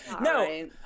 no